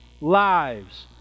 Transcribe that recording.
lives